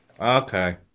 Okay